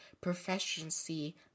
proficiency